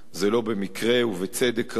זה לא במקרה, ובצדק רב